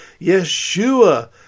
Yeshua